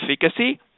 efficacy